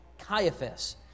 Caiaphas